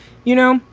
you know,